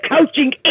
coaching